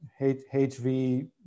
hv